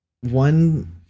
one